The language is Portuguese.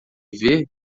ver